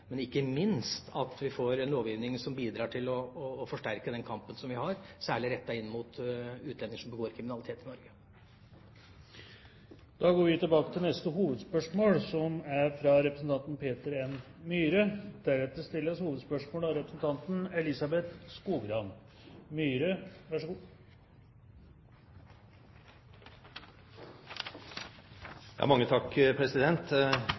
ikke minst – at vi får en lovgivning som bidrar til å forsterke den kampen vi fører, særlig rettet inn mot utlendinger som begår kriminalitet i Norge. Vi går til neste hovedspørsmål. Også jeg har et spørsmål til utenriksministeren. Iran burde ha vært et av